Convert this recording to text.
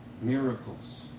miracles